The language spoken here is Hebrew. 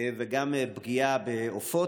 וגם פגיעה בעופות.